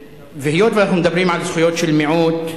היות שאנחנו מדברים על זכויות של מיעוט,